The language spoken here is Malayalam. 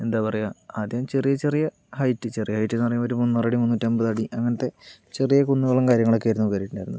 എന്താ പറയുക ആദ്യം ചെറിയ ചെറിയ ഹൈറ്റ് ചെറിയ ഹൈറ്റ് എന്ന് പറയുമ്പോൾ ഒരു മുന്നൂറടി മുന്നൂറ്റമ്പത്തടി അങ്ങനത്തെ ചെറിയ കുന്നുകളും കാര്യങ്ങളൊക്കെ ആയിരുന്നു കയറിയിട്ടുണ്ടായിരുന്നത്